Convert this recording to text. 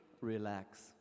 relax